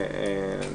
הנושא הזה.